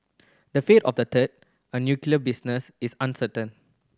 the fate of the third a nuclear business is uncertain